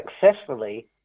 successfully